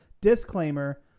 Disclaimer